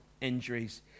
injuries